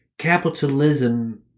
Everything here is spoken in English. capitalism